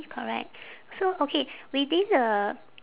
correct so okay within the